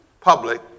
public